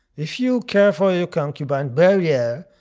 if you care for your concubine, bury yeah